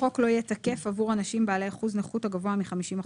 החוק לא יהיה תקף עבור אנשים בעלי אחוז נכות הגבוה מ-50%.